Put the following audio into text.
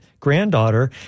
granddaughter